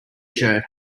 shirt